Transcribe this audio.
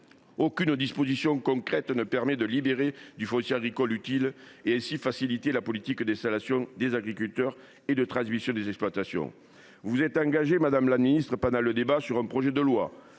Aucune disposition concrète ne permet de libérer du foncier agricole utile, afin de faciliter la politique d’installation des agriculteurs et de transmission des exploitations. Madame la ministre, vous vous êtes engagée pendant le débat sur un projet de loi.